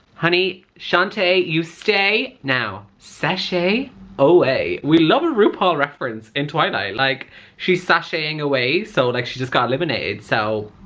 honey shantay you stay now sashay away! we love a rupaul reference in twilight like she's sashaying away so like she just got eliminated so,